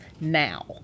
now